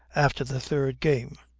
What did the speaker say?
after the third game.